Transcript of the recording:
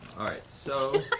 all right, so.